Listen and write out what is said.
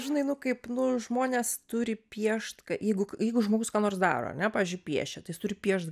žinai nu kaip nu žmonės turi piešt jeigu jeigu žmogus ką nors daro ar ne pažiui piešia tai jis turi piešt